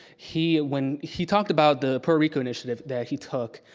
he, when, he talked about the puerto rico initiative that he took.